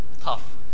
tough